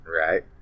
Right